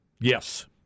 Yes